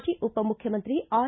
ಮಾಜಿ ಉಪ ಮುಖ್ಯಮಂತ್ರಿ ಆರ್